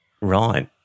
Right